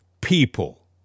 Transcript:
people